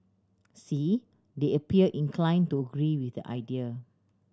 see they appear inclined to agree with the idea